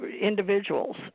individuals